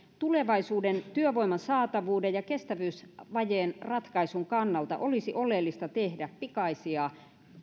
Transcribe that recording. tulevaisuuden työvoiman saatavuuden ja kestävyysvajeen ratkaisun kannalta olisi oleellista tehdä pikaisia